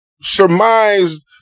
surmised